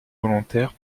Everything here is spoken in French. volontaires